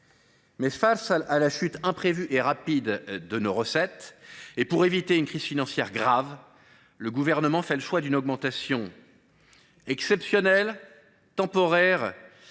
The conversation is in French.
face à la chute imprévue et rapide de nos recettes et pour éviter une crise financière grave, le Gouvernement fait le choix d’une augmentation « exceptionnelle, temporaire